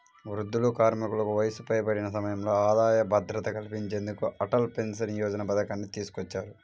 వృద్ధులు, కార్మికులకు వయసు పైబడిన సమయంలో ఆదాయ భద్రత కల్పించేందుకు అటల్ పెన్షన్ యోజన పథకాన్ని తీసుకొచ్చారు